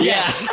Yes